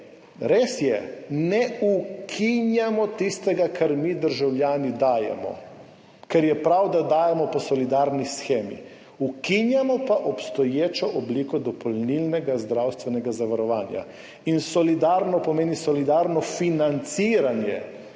Res je, ne ukinjamo tistega, kar mi državljani dajemo, kar je prav, da dajemo po solidarni shemi, ukinjamo pa obstoječo obliko dopolnilnega zdravstvenega zavarovanja. Solidarno pomeni solidarno financiranje,